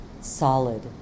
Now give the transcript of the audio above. solid